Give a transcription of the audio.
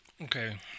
Okay